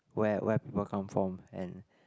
where where people come from and